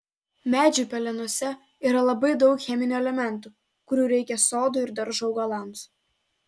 medžių pelenuose yra labai daug cheminių elementų kurių reikia sodo ir daržo augalams